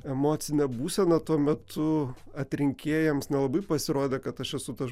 emocinė būsena tuo metu atrinkėjams nelabai pasirodė kad aš esu tas